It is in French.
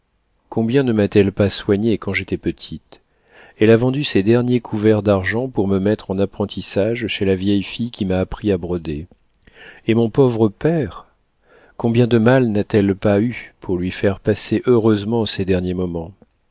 combien ne m'a-t-elle pas soignée quand j'étais petite elle a vendu ses derniers couverts d'argent pour me mettre en apprentissage chez la vieille fille qui m'a appris à broder et mon pauvre père combien de mal n'a-t-elle pas eu pour lui faire passer heureusement ses derniers moments